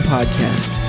Podcast